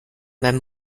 beim